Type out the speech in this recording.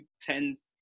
tens